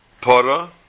Para